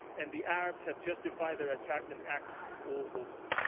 and the arabs have justified their attacks and acts all over.